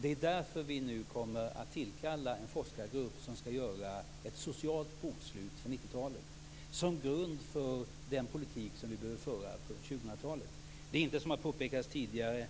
Därför kommer vi nu att tillkalla en forskargrupp som skall göra ett socialt bokslut för 90-talet, som grund för den politik vi behöver föra på 2000-talet. Det är inte så, som har påpekats tidigare,